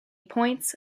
points